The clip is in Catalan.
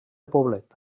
poblet